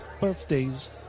Birthday's